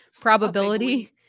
probability